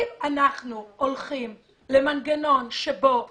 אם אנחנו הולכים למנגנון שבו הורים,